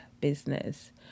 business